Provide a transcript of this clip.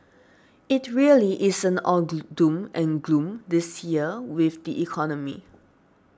it really isn't all the doom and gloom this year with the economy